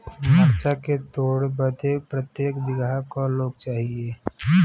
मरचा के तोड़ बदे प्रत्येक बिगहा क लोग चाहिए?